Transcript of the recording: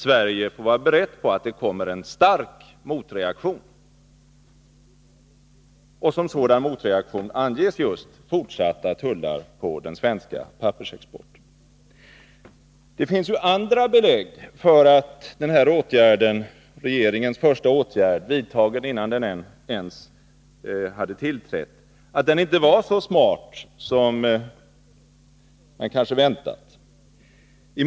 Sverige får vara berett på att det kommer en stark motreaktion.” Som sådan motreaktion anges just fortsatta tullar på den svenska pappersexporten. Det finns ju andra belägg för att den här åtgärden, regeringens första åtgärd vidtagen innan man ens tillträtt, inte var så smart som man kanske hade väntat sig.